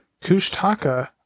Kushtaka